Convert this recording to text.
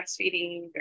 breastfeeding